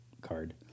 card